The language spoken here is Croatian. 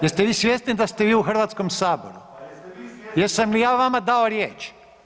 Jeste vi svjesni da ste vi u Hrvatskom saboru? … [[Upadica se ne razumije.]] Jesam li ja vama dao riječ?